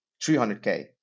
300k